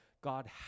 God